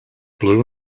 blue